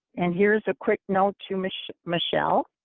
and here's a quick note to miss michelle.